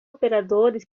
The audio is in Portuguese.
operadores